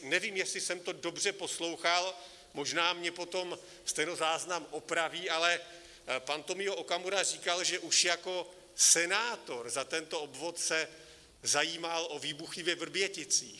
Nevím, jestli jsem to dobře poslouchal, možná mě potom stenozáznam opraví, ale pan Tomio Okamura říkal, že už jako senátor za tento obvod se zajímal o výbuchy ve Vrběticích.